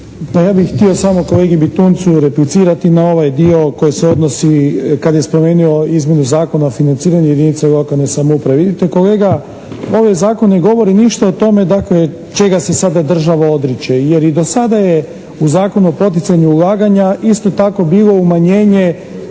ja bih htio kolegi Bitunjcu replicirati na ovaj dio koji se odnosi kad je spomenuo izmjenu Zakona o financiranju jedinica lokalne samouprave. Vidite kolega ovaj Zakon ne govori ništa o tome dakle čega se sada država odriče jer i do sada je u Zakonu o poticanju ulaganja isto tako bilo umanjenje